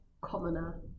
commoner